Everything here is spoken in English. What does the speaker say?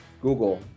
Google